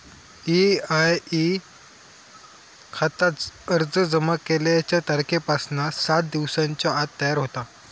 EIE खाता अर्ज जमा केल्याच्या तारखेपासना सात दिवसांच्या आत तयार होता